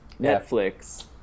Netflix